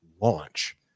launch